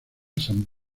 san